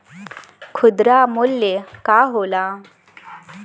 खुदरा मूल्य का होला?